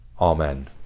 Amen